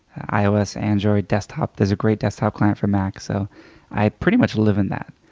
ios, android, desktop. there's a great desktop client for mac so i pretty much live in that.